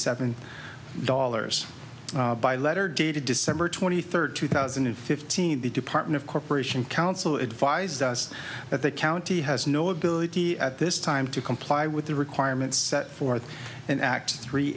seven dollars by letter dated december twenty third two thousand and fifteen the department of corporation counsel advised us that they county has no ability at this time to comply with the requirements set forth in act three